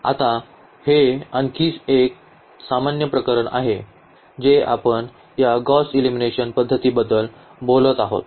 आता हे आणखी एक सामान्य प्रकरण आहे जे आपण या गौस एलिमिनेशन पध्दतीबद्दल बोलत आहोत